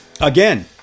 again